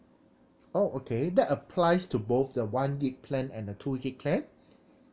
oh okay that applies to both the one gig plan and the two gig plan